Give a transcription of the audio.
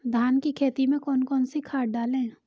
धान की खेती में कौन कौन सी खाद डालें?